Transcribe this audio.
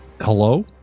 Hello